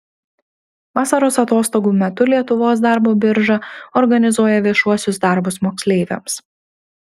vasaros atostogų metu lietuvos darbo birža organizuoja viešuosius darbus moksleiviams